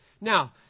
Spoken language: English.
Now